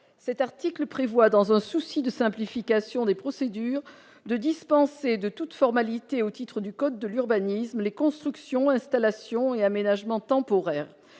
cet article prévoit, dans un souci de simplification des procédures de dispensées de toute formalité au titre du code de l'urbanisme et les constructions installation et aménagements temporaire